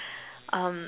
um